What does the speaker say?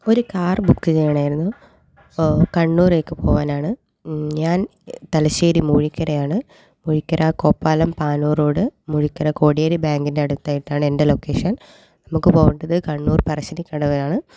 ഒരു car book ചെയ്യണമായിരുന്നു ഓ കണ്ണൂരേക്ക് പോവാനാണ് ഞാൻ തലശ്ശേരി മൂഴിക്കരയാണ് മൂഴിക്കര കോപാലം പാനൂർ റോഡ് മൂഴിക്കര കോടിയേരി ബാങ്കിൻ്റെ അടുത്തായിട്ടാണ് എൻ്റെ ലൊക്കേഷൻ നമുക്ക് പോവേണ്ടത് കണ്ണൂർ പറശ്ശിനിക്കടവിലാണ്